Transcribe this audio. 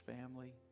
family